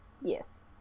Yes